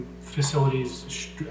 facilities